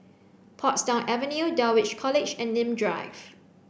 Portsdown Avenue Dulwich College and Nim Drive